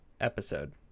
episode